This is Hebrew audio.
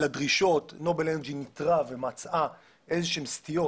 נובל אנרג'י ניטרה ומצאה איזה שהן סטיות,